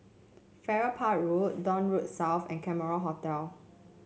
Farrer Park Road Dock Road South and Cameron Hotel